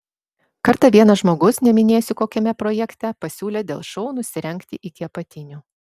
kartą vienas žmogus neminėsiu kokiame projekte pasiūlė dėl šou nusirengti iki apatinių